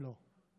לא.